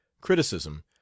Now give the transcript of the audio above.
criticism